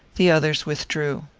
the others withdrew.